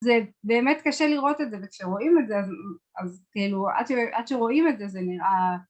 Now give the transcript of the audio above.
זה באמת קשה לראות את זה, וכשרואים את זה, אז כאילו עד שרואים את זה זה נראה